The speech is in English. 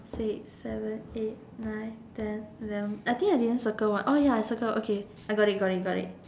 six seven eight nine ten eleven I think I didn't circle one oh ya I circle okay got it got it